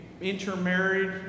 intermarried